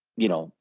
you know,